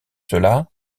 cela